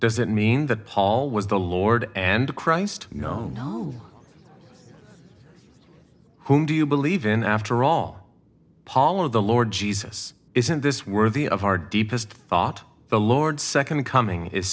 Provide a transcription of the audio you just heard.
does that mean that paul was the lord and christ you know whom do you believe in after all paul of the lord jesus isn't this worthy of our deepest thought the lord's second coming is